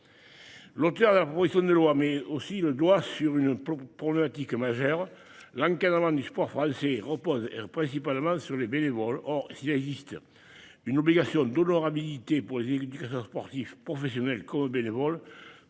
L'auteur. Alors bon, il faut une loi mais aussi le doigt sur une pour le majeur, l'encadrement du sport français repose principalement sur les bénévoles s'il existe une obligation d'honorabilité pour les éducateurs sportifs professionnels comme bénévoles